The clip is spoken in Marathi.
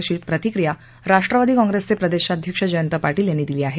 अशी प्रतिक्रिया राष्ट्रवादी काँग्रेसचे प्रदेशाध्यक्ष जयंत पार्पेल यांनी दिली आहे